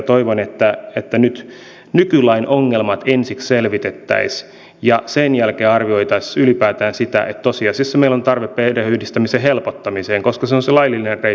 toivon että nykylain ongelmat ensiksi selvitettäisiin ja sen jälkeen arvioitaisiin ylipäätään sitä että tosiasiassa meillä on tarve perheenyhdistämisen helpottamiseen koska se on se laillinen reitti tulla maahan